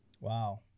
Wow